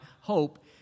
hope